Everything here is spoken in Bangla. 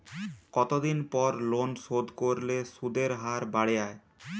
কতদিন পর লোন শোধ করলে সুদের হার বাড়ে য়ায়?